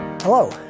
Hello